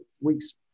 week's